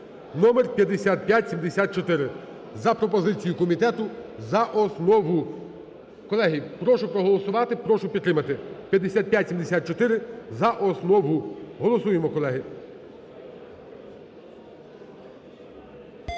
(№5574) за пропозицією комітету за основу. Колеги, прошу проголосувати, прошу підтримати 5574 за основу. Голосуємо, колеги.